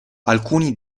alcuni